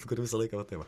kur visą laiką va taip va